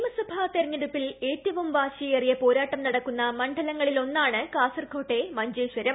നിയമസഭാ തെരഞ്ഞെടുപ്പിൽ ഏറ്റവും വാശിയേറിയ പോരാട്ടം നടക്കുന്ന മണ്ഡലങ്ങളിൽ ഒന്നാണ് കാസർകോട്ടെ മഞ്ചേശ്വരം